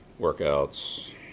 workouts